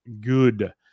good